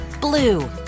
blue